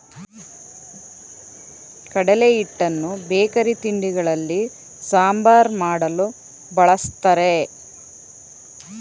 ಕಡಲೆ ಹಿಟ್ಟನ್ನು ಬೇಕರಿ ತಿಂಡಿಗಳಲ್ಲಿ, ಸಾಂಬಾರ್ ಮಾಡಲು, ಬಳ್ಸತ್ತರೆ